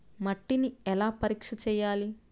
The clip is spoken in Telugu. మట్టిని ఎలా పరీక్ష చేయాలి?